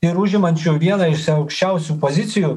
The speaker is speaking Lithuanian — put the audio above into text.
ir užimančiu vieną iš aukščiausių pozicijų